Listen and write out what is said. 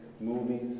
movies